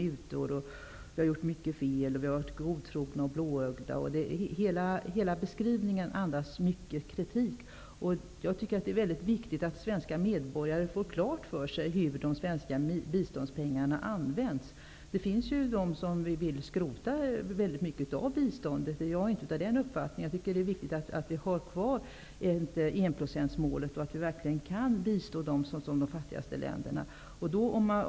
Många fel skall ha begåtts, och vi skall ha varit godtrogna och blåögda. Hela beskrivningen andas mycket kritik. Jag tycker att det är viktigt att svenska medborgare får klart för sig hur de svenska biståndspengarna används. Det finns ju de som vill skrota en stor del av biståndet. Jag är inte av den uppfattningen. Jag tycker att det är viktigt att vi har kvar enprocentsmålet och att vi kan bistå de fattigaste länderna.